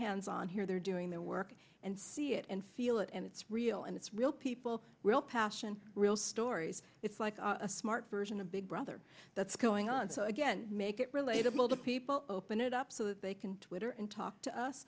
hands on here they're doing their work and see it and feel it and it's real and it's real people real passion real stories it's like a smart version of big brother that's going on so again make it relatable to people open it up so that they can twitter and talk to us